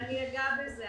אני אגע בזה.